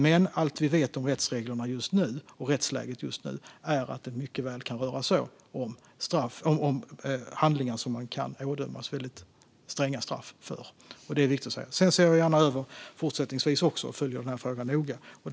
Men allt vi vet om rättsreglerna och rättsläget just nu är att det mycket väl kan röra sig om handlingar som man kan ådömas mycket stränga straff för. Det är viktigt att säga. Sedan ser jag gärna över detta, och jag följer den här frågan noga fortsättningsvis.